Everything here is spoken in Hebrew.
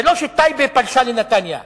זה לא שטייבה פלשה לנתניה.